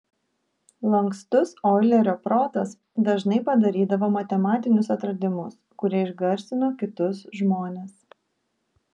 lankstus oilerio protas dažnai padarydavo matematinius atradimus kurie išgarsino kitus žmones